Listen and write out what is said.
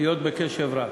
להיות בקשב רב.